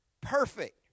perfect